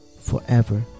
forever